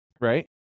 right